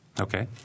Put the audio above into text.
Okay